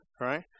right